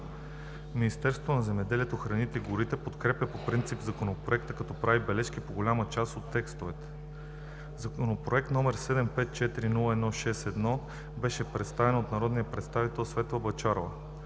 Министерството на земеделието, храните и горите подкрепя по принцип Законопроекта, като прави бележки по голяма част от текстовете. Законопроект № 754-01-61 беше представен от народния представител Светла Бъчварова.